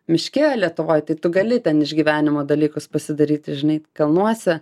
miške lietuvoj tai tu gali ten išgyvenimo dalykus pasidaryti žinai kalnuose